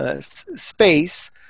space